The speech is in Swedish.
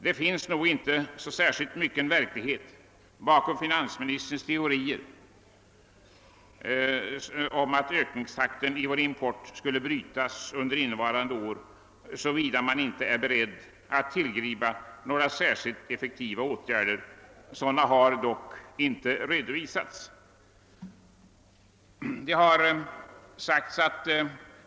Det finns nog inte särskilt mycket av verklighet bakom finansministerns teorier att ökningstakten i vår import skulle brytas under innevarande år, såvida man inte är beredd att tillgripa särskilt effektiva åtgärder och några sådana har inte redovisats.